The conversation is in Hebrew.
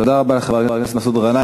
תודה רבה לחבר הכנסת מסעוד גנאים.